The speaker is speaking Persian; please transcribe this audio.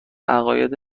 عقاید